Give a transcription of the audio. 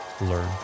learn